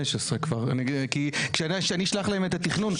15 כבר כי כשאני אשלח לכם את התכנון,